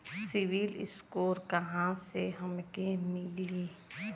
CIBIL score कहाँसे हमके मिली?